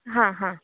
हां हां